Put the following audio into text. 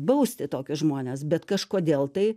bausti tokius žmones bet kažkodėl tai